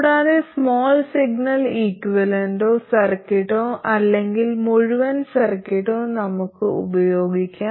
കൂടാതെ small signal equivalent സർക്യൂട്ടോ അല്ലെങ്കിൽ മുഴുവൻ സർക്യൂട്ടോ നമുക്ക് ഉപയോഗിക്കാം